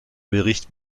bericht